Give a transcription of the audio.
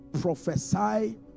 Prophesy